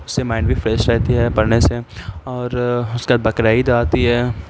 اس سے مائنڈ بھی فریش رہتی ہے پڑھنے سے اور اس کے بعد بقرا عید آتی ہے